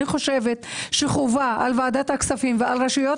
אני חושבת שחובה על ועדת הכספים ועל רשויות